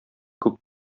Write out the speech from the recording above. күп